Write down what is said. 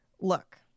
look